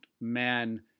man